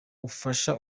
afasha